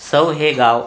सौ हे गाव